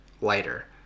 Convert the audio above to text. lighter